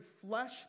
flesh